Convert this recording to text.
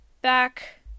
back